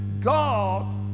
God